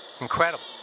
Incredible